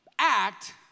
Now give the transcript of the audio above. act